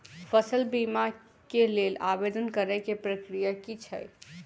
फसल बीमा केँ लेल आवेदन करै केँ प्रक्रिया की छै?